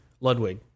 Ludwig